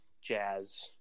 jazz